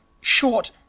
short